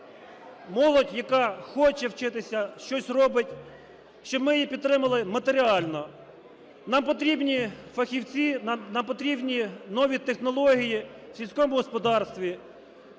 молодь, яка хоче вчитися, щось робить, щоб ми її підтримали матеріально. Нам потрібні фахівці, нам потрібні нові технології в сільському господарстві,